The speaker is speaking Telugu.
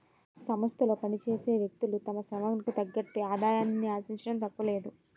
సంస్థలో పనిచేసే వ్యక్తులు తమ శ్రమకు తగ్గట్టుగా ఆదాయాన్ని ఆశించడం తప్పులేదు